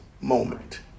moment